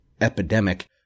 epidemic